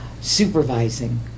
supervising